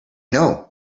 know